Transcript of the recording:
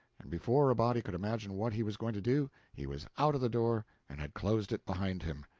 and before a body could imagine what he was going to do, he was out of the door and had closed it behind him.